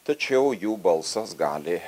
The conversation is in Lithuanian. tačiau jų balsas gali